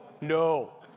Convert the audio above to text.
no